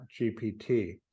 gpt